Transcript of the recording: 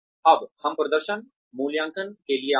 अब हम प्रदर्शन मूल्यांकन के लिए आते हैं